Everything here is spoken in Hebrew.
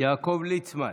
יעקב ליצמן,